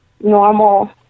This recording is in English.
normal